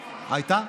הייתה?